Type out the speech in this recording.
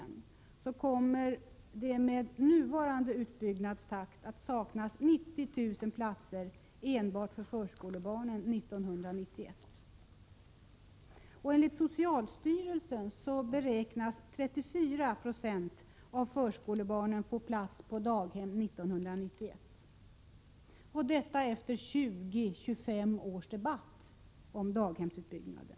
nen få plats på daghem 1991 — och detta efter 20-25 års debatt om daghemsutbyggnaden.